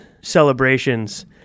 celebrations